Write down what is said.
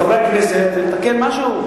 לחברי הכנסת לתקן משהו.